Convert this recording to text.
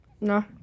No